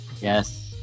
yes